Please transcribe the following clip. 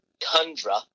tundra